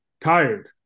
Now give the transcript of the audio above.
tired